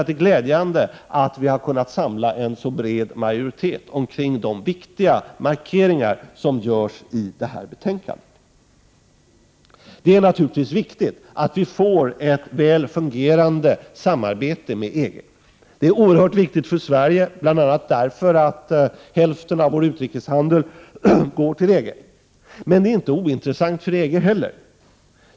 Det är glädjande att vi har kunnat samla en så bred majoritet omkring de viktiga markeringar som görs i betänkandet. Det är naturligtvis viktigt att vi får ett väl fungerande samarbete med EG. Detta är oerhört viktigt för Sverige, bl.a. därför att hälften av vår utrikeshandel sker med EG-länderna. Men denna fråga är inte ointressant för EG heller.